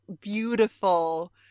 beautiful